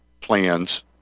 plans